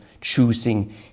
choosing